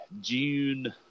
June